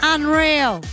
Unreal